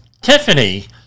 Tiffany